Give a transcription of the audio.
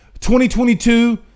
2022